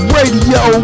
Radio